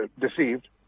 deceived